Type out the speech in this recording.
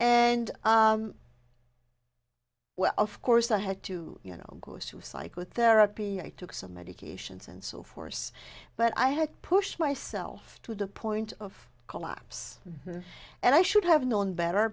d well of course i had to you know goes to psychotherapy i took some medications and so force but i had to push myself to the point of collapse and i should have known better